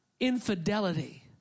Infidelity